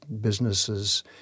businesses